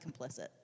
complicit